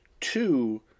two